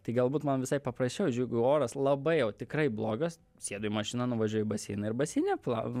tai galbūt man visai paprasčiau aš jeigu oras labai jau tikrai blogas sėdu į mašiną nuvažiuoju į baseiną ir baseine plau